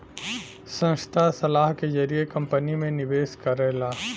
संस्था सलाह के जरिए कंपनी में निवेश करला